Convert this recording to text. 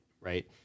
right